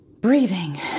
breathing